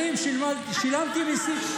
שנים שילמתי מיסים.